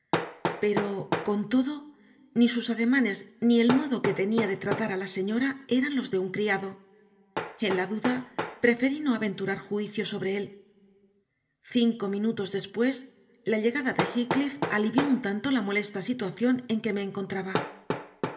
pero con todo ni sus ademanes ni el modo que tenía de tratar a la señora eran los de un criado en la duda preferí no aventurar juicio sobre él cinco minutos después la llegada de heathcliff alivió un tanto la molesta situación en que me encontraba